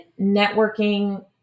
networking